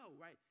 right